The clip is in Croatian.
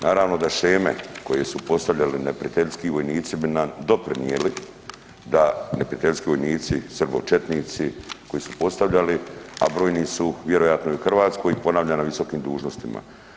Naravno da sheme koje su postavljali neprijateljski vojnici bi nam doprinijeli da, neprijateljski vojnici srbočetnici koji su postavljali, a brojni su vjerojatno i u Hrvatskoj i ponavljam na visokom dužnostima.